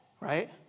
right